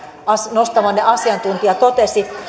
nostamanne asiantuntija totesi